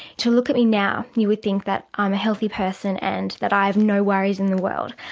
to look at me now you would think that i'm a healthy person and that i have no worries in the world.